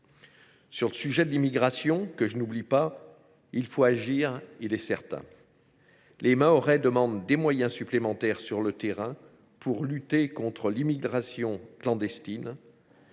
Sur le sujet de l’immigration, que je n’oublie pas, il faut agir – c’est certain ! Les Mahorais demandent des moyens supplémentaires sur le terrain pour lutter contre l’immigration clandestine.